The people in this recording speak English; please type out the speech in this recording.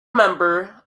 member